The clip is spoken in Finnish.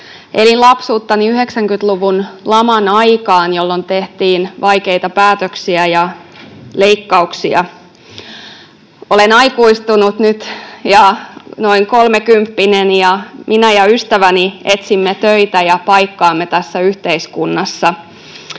Elin lapsuuttani 90-luvun laman aikaan, jolloin tehtiin vaikeita päätöksiä ja leikkauksia. Olen aikuistunut nyt ja noin kolmekymppinen, ja minä ja ystäväni etsimme töitä ja paikkaamme tässä yhteiskunnassa.